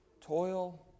toil